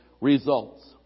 results